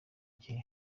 gihe